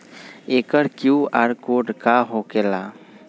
एकर QR code का होकेला?